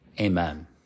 Amen